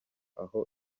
aho